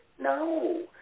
No